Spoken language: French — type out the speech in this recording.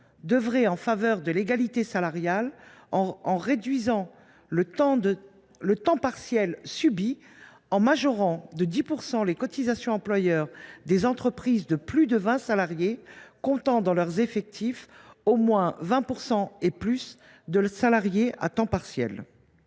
d’œuvrer en faveur de l’égalité salariale et de réduire le temps partiel subi en majorant de 10 % les cotisations employeur des entreprises de plus de vingt salariés comptant dans leurs effectifs au moins 20 % de salariés à temps partiel.